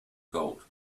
gold